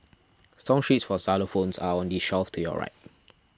song sheets for xylophones are on the shelf to your right